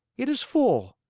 it is full.